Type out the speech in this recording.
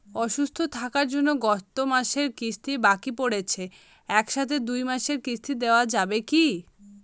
অসুস্থ থাকার জন্য গত মাসের কিস্তি বাকি পরেছে এক সাথে দুই মাসের কিস্তি দেওয়া যাবে কি?